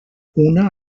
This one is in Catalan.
una